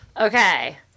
Okay